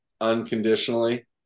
unconditionally